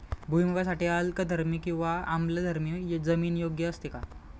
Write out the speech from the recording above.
भुईमूगासाठी अल्कधर्मी किंवा आम्लधर्मी जमीन योग्य असते का?